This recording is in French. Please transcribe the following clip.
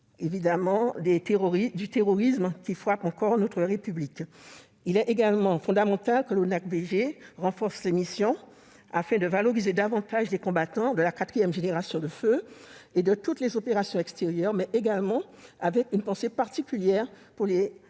des attentats terroristes qui frappent la République. Il est également fondamental que l'ONAC-VG renforce ses missions afin de valoriser davantage les combattants de la quatrième génération du feu et de toutes les opérations extérieures ; il doit aussi mettre en place une action particulière pour les